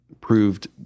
proved